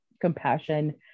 compassion